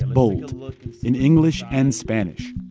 and bold, in english and spanish.